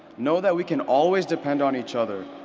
know that we can always depend on each other,